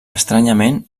estranyament